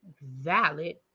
valid